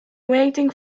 waiting